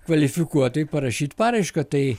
kvalifikuotai parašyt paraišką tai